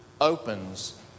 opens